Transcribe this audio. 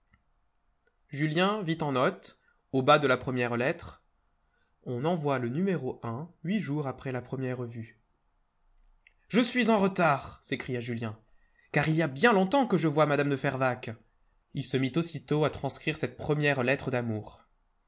julien vit en note au bas de la première lettre on envoie le no huit jours après la première vue je suis en retard s'écria julien car il y a bien longtemps que je vois mme de fervaques il se mit aussitôt à transcrire cette première lettre d'amour